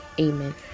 Amen